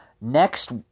Next